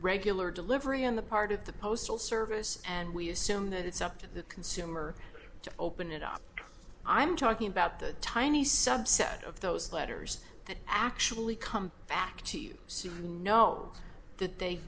regular delivery on the part of the postal service and we assume that it's up to the consumer to open it up i'm talking about the tiny subset of those letters that actually come back to you soon know that they